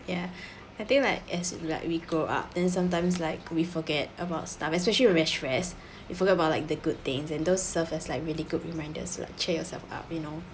ya I think like as like we grow up then sometimes like we forget about stuff especially when we're stress you forgot about like the good things and those serve as like really good reminders lah cheer yourself up you know